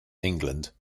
england